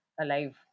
alive